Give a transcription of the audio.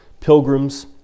pilgrims